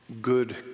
good